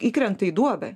įkrenta į duobę